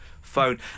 phone